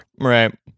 Right